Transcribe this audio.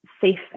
safe